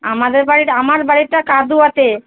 আমাদের বাড়িটা আমার বাড়িটা কাদুয়াতে